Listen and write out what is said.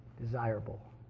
desirable